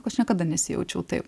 aš niekada nesijaučiau taip